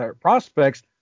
prospects